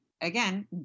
again